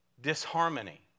disharmony